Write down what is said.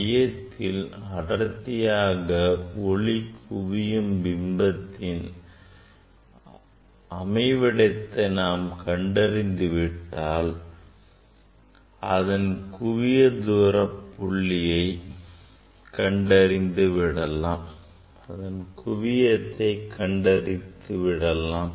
மையத்தில் அடர்த்தியாக ஒளி குவியும் பிம்பத்தின் அமைவிடத்தை நான் கண்டறிந்து விட்டால் அதுதான் குவிய புள்ளி ஆகும்